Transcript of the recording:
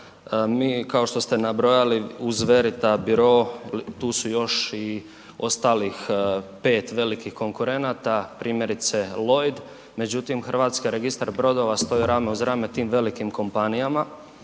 Mi kao što ste nabrojali, uz Veritas Bureau, tu su još i ostalih 5 velikih konkurenata, primjerice Lloyd, međutim HRB stoji rame uz rame tim velikim kompanijama